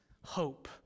hope